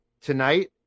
tonight